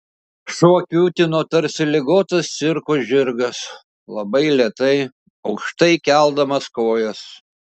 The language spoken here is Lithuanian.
šuo kiūtino tarsi ligotas cirko žirgas labai lėtai aukštai keldamas kojas